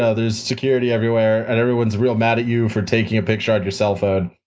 ah there's security everywhere, and everyone's real mad at you for taking a picture on your cellphone, ah,